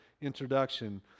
introduction